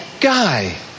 guy